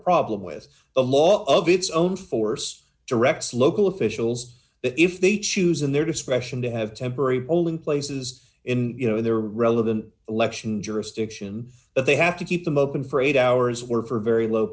problem with a lot of its own force directs local officials if they choose in their discretion to have temporary polling places in you know their relevant election jurisdiction but they have to keep them open for eight hours work for very low